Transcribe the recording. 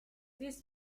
this